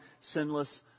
sinless